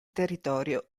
territorio